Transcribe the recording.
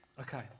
Okay